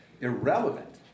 irrelevant